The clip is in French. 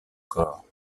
corps